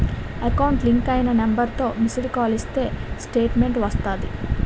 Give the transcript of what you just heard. account link అయిన నెంబర్తో missed call ఇస్తే స్టేట్మెంటు వస్తాది